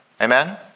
Amen